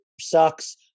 sucks